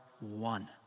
one